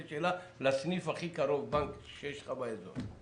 שלה לסניף בנק הכי קרוב שיש לך באזור?